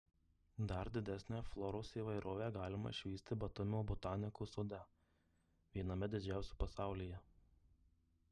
dar didesnę floros įvairovę galima išvysti batumio botanikos sode viename didžiausių pasaulyje